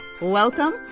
welcome